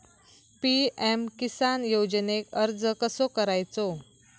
PM Kisan योजनेक अर्ज कसो करायचो?